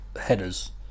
headers